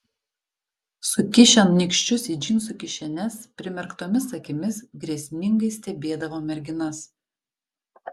sukišę nykščius į džinsų kišenes primerktomis akimis grėsmingai stebėdavo merginas